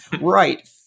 right